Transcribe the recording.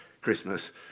Christmas